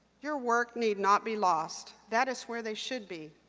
your work need not be lost. that is where they should be.